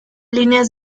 líneas